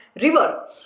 river